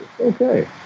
Okay